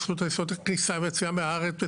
זכות היסוד כניסה ויציאה מהארץ,